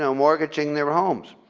so mortgaging their homes,